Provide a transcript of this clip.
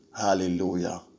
Hallelujah